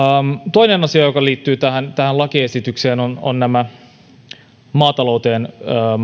toinen asia joka liittyy tähän tähän lakiesitykseen ovat nämä maatalouteen